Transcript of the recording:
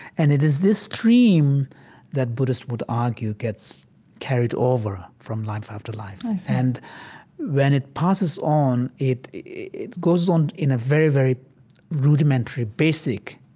and it is this stream that buddhists would argue gets carried over um from life after life i see and when it passes on, it it goes on in a very, very rudimentary basic